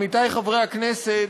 עמיתי חברי הכנסת,